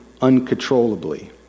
uncontrollably